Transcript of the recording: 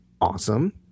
awesome